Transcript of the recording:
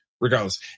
regardless